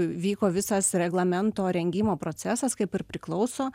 vyko visas reglamento rengimo procesas kaip ir priklauso